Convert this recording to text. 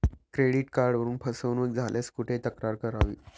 Credit कार्डवरून फसवणूक झाल्यास कुठे तक्रार करावी?